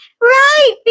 right